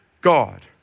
God